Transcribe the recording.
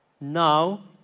Now